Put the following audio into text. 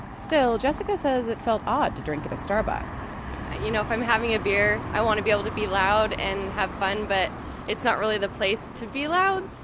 still, jessica says it felt odd to drink at a starbucks you know, if i'm having a beer, i wanna be able to be loud and have fun. but it's not really the place to be loud.